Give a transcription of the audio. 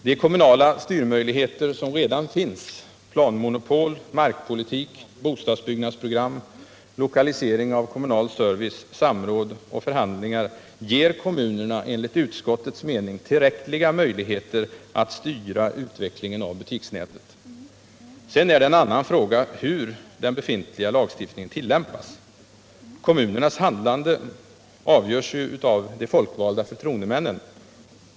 De kommunala styrmöjligheter som redan finns — planmonopol, markpolitik, bostadsbyggnadsprogram, lokalisering av kommunal service, samråd och förhandlingar — ger kommunerna enligt utskottets mening tillräckliga möjligheter att styra utvecklingen av butiksnätet. Sedan är det en annan fråga hur den befintliga lagstiftningen tillämpas. Kommunernas handlande avgörs av de folkvalda förtroendemännen.